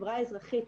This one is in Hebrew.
מתחילים.